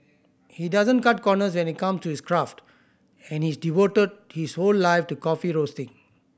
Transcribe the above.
he doesn't cut corners when it come to his craft and he's devoted his whole life to coffee roasting